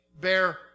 bear